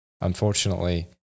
unfortunately